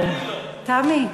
תמי,